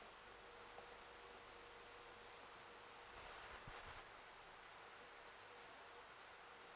here